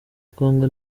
congo